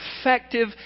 effective